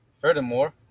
Furthermore